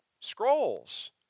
scrolls